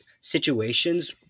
situations